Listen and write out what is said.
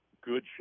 good